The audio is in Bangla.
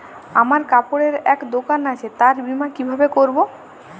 আমার কাপড়ের এক দোকান আছে তার বীমা কিভাবে করবো?